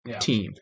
team